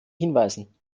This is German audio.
hinweisen